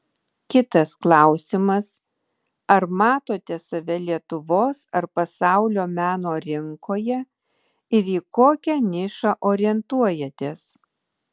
kitas klausimas ar matote save lietuvos ar pasaulio meno rinkoje ir į kokią nišą orientuojatės